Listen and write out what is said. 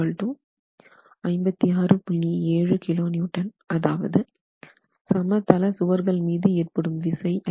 7kN அதாவது சமதள சுவர்கள் மீது ஏற்படும் விசை 56